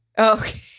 Okay